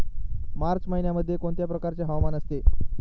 मार्च महिन्यामध्ये कोणत्या प्रकारचे हवामान असते?